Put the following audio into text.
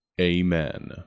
Amen